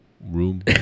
Room